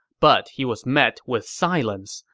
but he was met with silence,